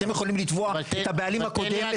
אתם יכולים לתבוע את הבעלים הקודם,